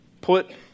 put